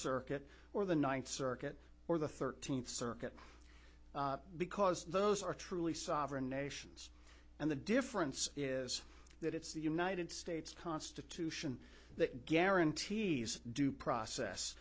circuit or the ninth circuit or the thirteenth circuit because those are truly sovereign nations and the difference is that it's the united states constitution that guarantees due process